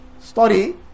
story